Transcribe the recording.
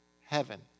heaven